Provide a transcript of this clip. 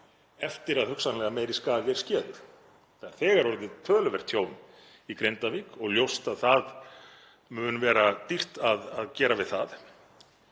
eftir að hugsanlega meiri skaði er skeður. Það er þegar orðið töluvert tjón í Grindavík og ljóst að það mun verða dýrt að gera við það.